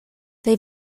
they